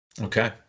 Okay